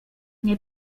nie